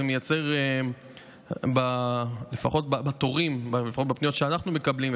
לפחות בפניות שאנחנו מקבלים,